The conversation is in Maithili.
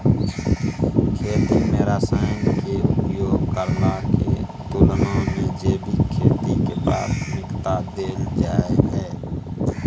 खेती में रसायन के उपयोग करला के तुलना में जैविक खेती के प्राथमिकता दैल जाय हय